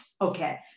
Okay